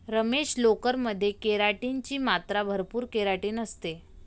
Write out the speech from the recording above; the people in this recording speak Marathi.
रमेश, लोकर मध्ये केराटिन ची मात्रा भरपूर केराटिन असते